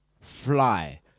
fly